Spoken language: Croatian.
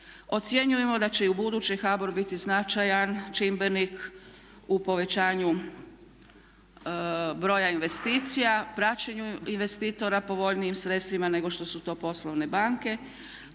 Ocjenjujemo da će i ubuduće HBOR biti značajan čimbenik u povećanju broja investicija, praćenju investitora, povoljnijim sredstvima nego što su to poslovne banke.